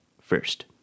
First